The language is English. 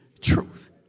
truth